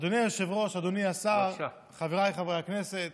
אדוני היושב-ראש, אדוני השר, חבריי חברי הכנסת,